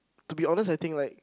to be honest I think like